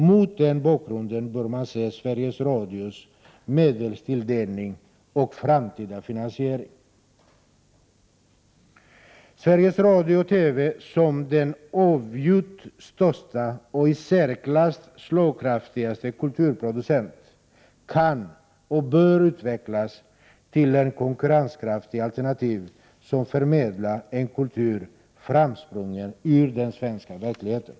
Mot den bakgrunden bör man se Sveriges Radios medelstilldelning och framtida finansiering. Sveriges Radio och TV som den avgjort största och i särklass mest slagkraftiga kulturproducenten kan och bör utvecklas till ett konkurrenskraftigt alternativ som förmedlar en kultur, framsprungen ur den svenska verkligheten.